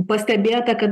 pastebėta kad